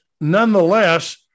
nonetheless